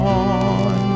on